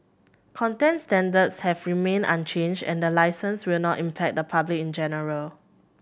content standards have remained unchanged and the licence will not impact the public in general